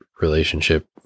relationship